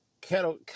Kettle